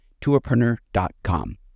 tourpreneur.com